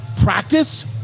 practice